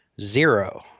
zero